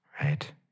right